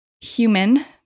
human